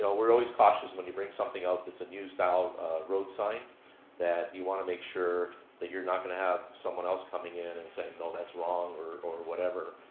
we're always cautious when you bring something up that's a new style of road sign that you want to make sure that you're not going to have someone else coming in and saying no that's wrong, or or whatever.